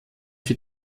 für